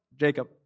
Jacob